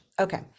Okay